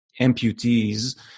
amputees